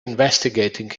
investigating